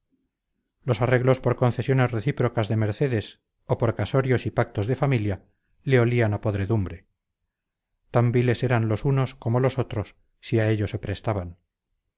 los arreglos por concesiones recíprocas de mercedes o por casorios y pactos de familia le olían a podredumbre tan viles eran los unos como los otros si a ello se prestaban